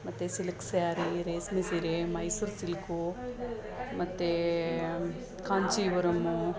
ಮತ್ತು ಸಿಲ್ಕ್ ಸ್ಯಾರಿ ರೇಷ್ಮೆ ಸೀರೆ ಮೈಸೂರು ಸಿಲ್ಕು ಮತ್ತು ಕಾಂಚಿವರಮ್ಮು